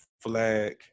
flag